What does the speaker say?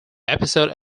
episode